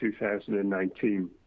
2019